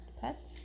pet